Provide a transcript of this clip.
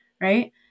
right